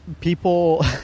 People